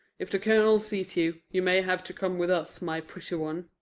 if the colonel sees you, you may have to come with us, my pretty one.